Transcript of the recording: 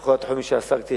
בכל התחומים שעסקתי,